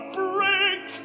break